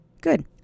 Good